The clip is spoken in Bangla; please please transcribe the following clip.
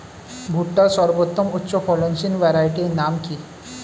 ভুট্টার সর্বোত্তম উচ্চফলনশীল ভ্যারাইটির নাম কি?